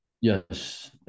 Yes